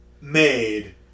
made